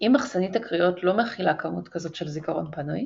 אם מחסנית הקריאות לא מכילה כמות כזאת של זיכרון פנוי,